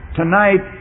tonight